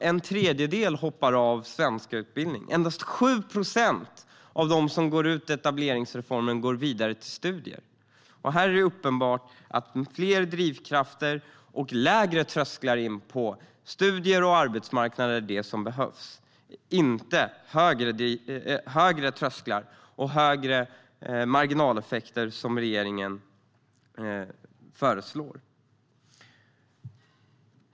En tredjedel hoppar alltså av utbildningen i svenska. Endast 7 procent av dem som omfattas av etableringsreformen går vidare till studier. Det är uppenbart att fler drivkrafter och lägre trösklar in i studier och in på arbetsmarknaden behövs, inte högre trösklar och högre marginaleffekter, vilket regeringen föreslår.